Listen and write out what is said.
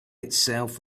itself